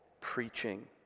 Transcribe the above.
preaching